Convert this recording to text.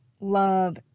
love